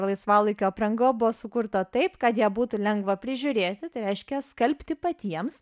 laisvalaikio apranga buvo sukurta taip kad ją būtų lengva prižiūrėti tai reiškia skalbti patiems